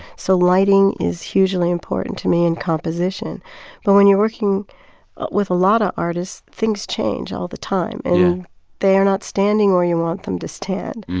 so lighting is hugely important to me and composition but when you're working with a lot of artists, things change all the time. and yeah they are not standing where you want them to stand.